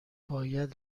باید